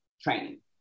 training